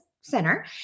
center